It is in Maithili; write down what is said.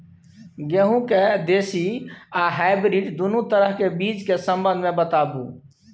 गेहूँ के देसी आ हाइब्रिड दुनू तरह के बीज के संबंध मे बताबू?